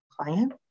client